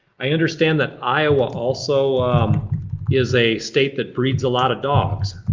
i understand that iowa also is a state that breeds a lot of dogs.